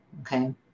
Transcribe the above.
Okay